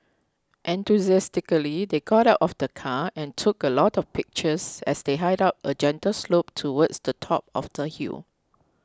enthusiastically they got out of the car and took a lot of pictures as they hiked up a gentle slope towards the top of the hill